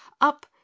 up